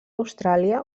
austràlia